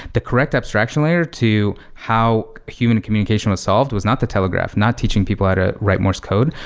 the correct abstraction layer to how human communication was solved was not the telegraph, not teaching people how to write morse code,